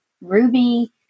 Ruby